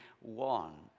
one